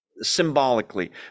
symbolically